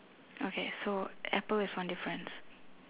okay so apple is one difference